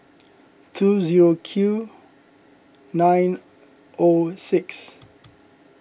two zero Q nine O six